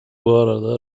arada